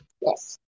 Yes